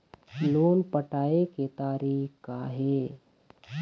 Loan पटाए के तारीख़ का हे?